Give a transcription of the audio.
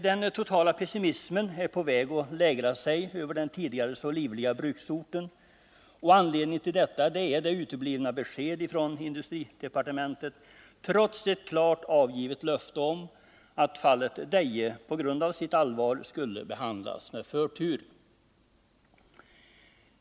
Den totala pessimismen är på väg att lägra sig över den tidigare så livliga bruksorten, och anledningen till detta är det uteblivna beskedet från industridepartementet, trots ett klart avgivet löfte om att fallet Deje, på grund av sitt allvar, skulle behandlas med förtur.